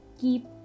keep